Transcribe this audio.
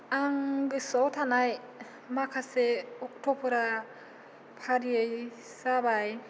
आं गोसोआव थानाय माखासे अक्ट'फोरा फारियै जाबाय